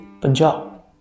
Punjab